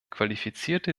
qualifizierte